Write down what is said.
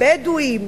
הבדואים,